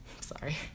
Sorry